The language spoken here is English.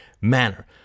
manner